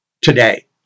today